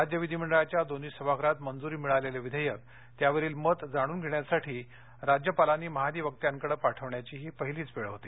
राज्य विधीमंडळाच्या दोन्ही सभागृहात मंजुरी मिळालेलं विधेयक त्यावरील मत जाणून घेण्यासाठी राज्यपालांनी महाधिवक्त्यांकडे पाठवण्याची ही पहिलीच वेळ होती